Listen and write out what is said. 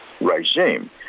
regime